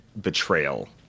Betrayal